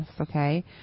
okay